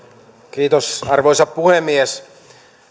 kiitos arvoisa puhemies